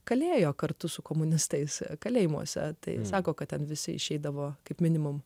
kalėjo kartu su komunistais kalėjimuose tai sako kad ten visi išeidavo kaip minimum